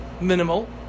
minimal